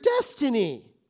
destiny